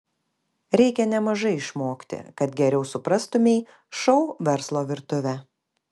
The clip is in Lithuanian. reikia nemažai išmokti kad geriau suprastumei šou verslo virtuvę